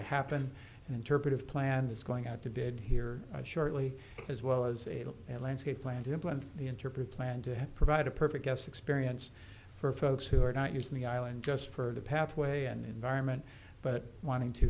happen interpretive plan that's going out to bid here shortly as well as a landscape plan to implant the interpret plan to provide a perfect guest experience for folks who are not using the island just for the pathway and environment but wanting to